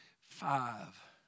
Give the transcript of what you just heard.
five